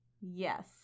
Yes